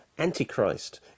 Antichrist